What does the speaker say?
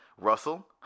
Russell